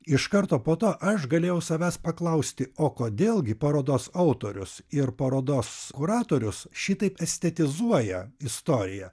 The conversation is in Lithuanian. iš karto po to aš galėjau savęs paklausti o kodėl gi parodos autorius ir parodos kuratorius šitaip estetizuoja istoriją